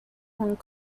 hong